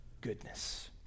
goodness